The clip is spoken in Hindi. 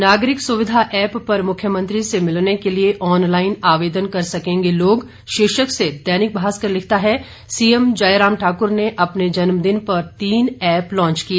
नागरिक सुविधा एप पर मुख्यमंत्री से मिलने के लिए ऑनलाइन आवेदन कर सकेंगे लोग शीर्षक से दैनिक भास्कर लिखता है सीएम जयराम ठाकुर ने अपने जन्मदिन पर तीन एप लॉन्च किए